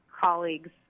colleagues